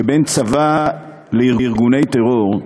שבין צבא לארגוני טרור,